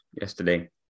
yesterday